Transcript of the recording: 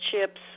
chips